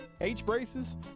H-braces